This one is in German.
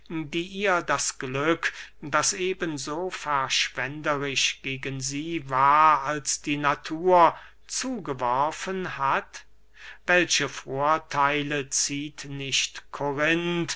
die ihr das glück das eben so verschwenderisch gegen sie war als die natur zugeworfen hat welche vortheile zieht nicht